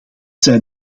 zijn